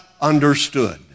understood